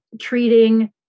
treating